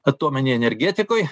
atominėj energetikoj